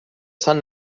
sant